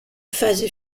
phase